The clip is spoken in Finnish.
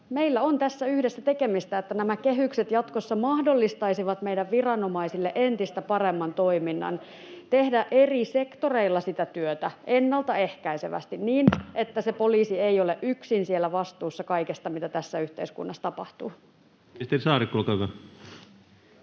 Meillä on tässä yhdessä tekemistä, että kehykset jatkossa mahdollistaisivat meidän viranomaisille entistä paremman toiminnan [Ben Zyskowiczin välihuuto] tehdä eri sektoreilla sitä työtä ennalta ehkäisevästi niin, että poliisi ei ole yksin siellä vastuussa kaikesta, mitä tässä yhteiskunnassa tapahtuu.